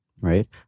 right